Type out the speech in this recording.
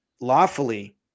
lawfully